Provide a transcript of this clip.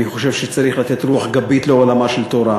אני חושב שצריך לתת רוח גבית לעולמה של תורה.